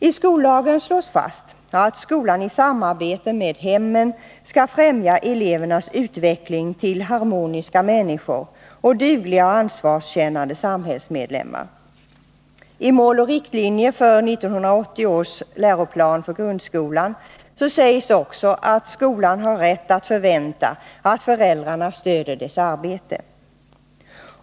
I skollagen slås fast att skolan i samarbete med hemmen skall främja elevernas utveckling till harmoniska människor och dugliga och ansvarskännande samhällsmedlemmar. I Mål och riktlinjer för 1980 års Läroplan för grundskolan sägs också att skolan har rätt att förvänta att föräldrarna stöder dess arbete.